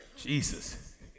Jesus